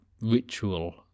ritual